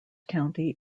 county